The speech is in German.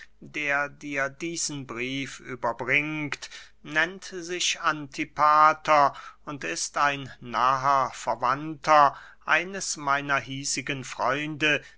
der dir diesen brief überbringt nennt sich antipater und ist ein naher verwandter eines meiner hiesigen freunde